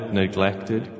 neglected